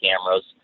cameras